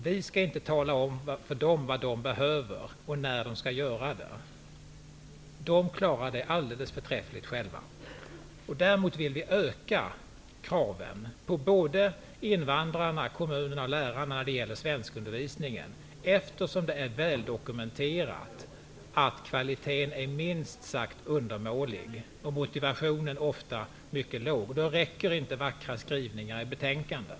Vi skall inte tala om för dem vad de behöver och när de skall göra saker. De klarar detta alldeles förträffligt själva. Däremot vill vi öka kraven på såväl invandrarna som kommunerna och lärarna när det gäller undervisningen i svenska, eftersom det är väldokumenterat att kvaliteten minst sagt är undermålig och motivation ofta är mycket låg. Det räcker inte med vackra skrivningar i betänkanden.